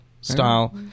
style